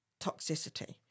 Toxicity